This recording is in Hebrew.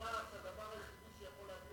חבר הכנסת גילאון אמר שהדבר היחידי שיכול להביא